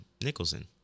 Nicholson